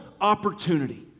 opportunity